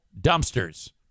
dumpsters